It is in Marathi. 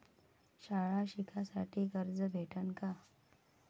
शाळा शिकासाठी कर्ज भेटन का?